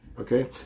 Okay